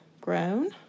grown